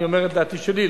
אני אומר את דעתי שלי,